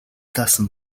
даасан